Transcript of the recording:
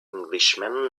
englishman